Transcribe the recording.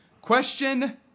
Question